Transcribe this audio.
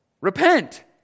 repent